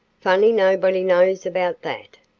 funny nobody knows about that.